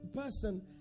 person